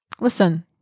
Listen